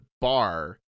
bar